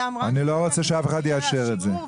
אני לא רוצה שאף אחד יאשר את זה.